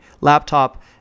laptop